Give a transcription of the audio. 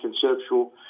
conceptual